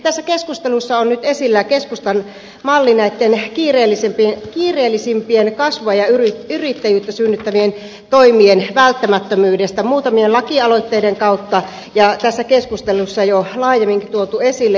tässä keskustelussa on nyt esillä keskustan malli kiireellisimpien kasvua ja yrittäjyyttä synnyttävien toimien välttämättömyydestä muutamien lakialoitteiden kautta ja niitä on tässä keskustelussa jo laajemminkin tuotu esille